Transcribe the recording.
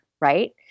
right